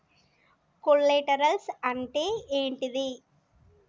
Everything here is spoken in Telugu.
కొలేటరల్స్ అంటే ఏంటిది?